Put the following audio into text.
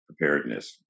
preparedness